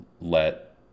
let